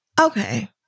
Okay